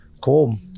cool